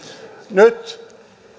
nyt